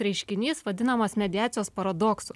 reiškinys vadinamas mediacijos paradoksu